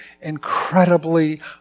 incredibly